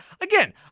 again